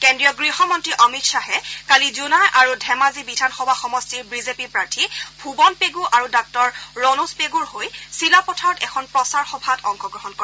কেন্দ্ৰীয় গৃহমন্ত্ৰী অমিত খাহে কালি জোনাই আৰু ধেমাজি বিধানসভা সমষ্টিৰ বিজেপি প্ৰাৰ্থী ভৱন পেণু আৰু ডাঃ ৰণোজ পেণুৰ হৈ চিলাপথাৰত এখন প্ৰচাৰ সভাত কালি অংশগ্ৰহণ কৰে